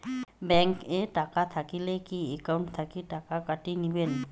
Bank এ টাকা থাকিলে কি একাউন্ট থাকি টাকা কাটি নিবেন?